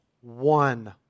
one